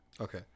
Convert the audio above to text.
Okay